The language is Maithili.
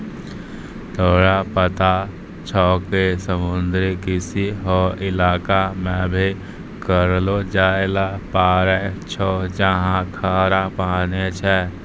तोरा पता छौं कि समुद्री कृषि हौ इलाका मॅ भी करलो जाय ल पारै छौ जहाँ खारा पानी छै